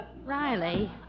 Riley